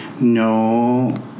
no